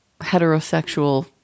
Heterosexual